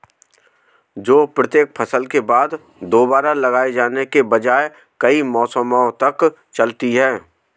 जो प्रत्येक फसल के बाद दोबारा लगाए जाने के बजाय कई मौसमों तक चलती है